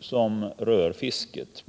som bl.a. rör fisket.